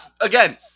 Again